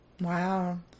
Wow